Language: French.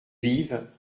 vives